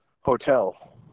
hotel